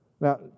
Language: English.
Now